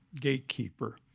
gatekeeper